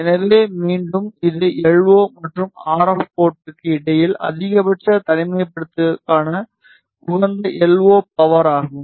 எனவே மீண்டும் இது எல்ஓ மற்றும் ஆர்எப் போர்ட்டுக்கு இடையில் அதிகபட்ச தனிமைப்படுத்தலுக்கான உகந்த எல்ஓ பவர் ஆகும்